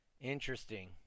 Interesting